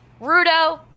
Rudo